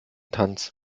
tanz